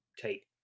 take